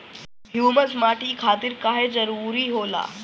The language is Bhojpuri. ह्यूमस माटी खातिर काहे जरूरी होला?